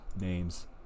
Names